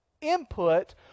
input